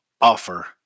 offer